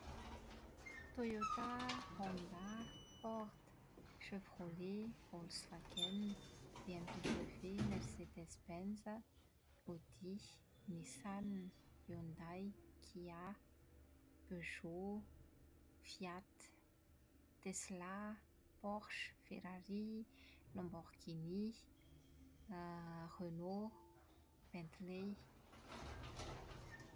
Toyota, Honda, Ford, Chevrolet Wolkswagen, BMW, Mercedes Benz, Audi, Nissan, Hyundai, Kia, Peugot, Fiat, Tesla, Porsche, Ferari, Lamborgini > Renault, Bentlei